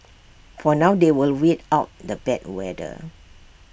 for now they will wait out the bad weather